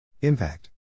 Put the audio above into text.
Impact